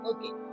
Okay